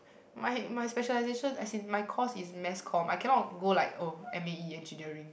my my specialization as in my course is mass comm I cannot go like oh m_a_e engineering